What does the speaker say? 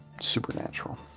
supernatural